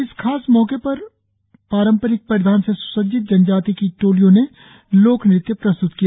इस खास मौके पर पारंपरिक परिधानों से स्सज्जित जनजाति की टोलियों ने लोक नृत्य प्रस्त्त किया